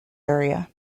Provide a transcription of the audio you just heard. area